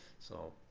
so,